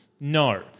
No